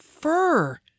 fur